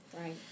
Right